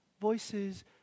Voices